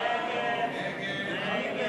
הצעת